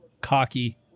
cocky